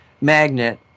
magnet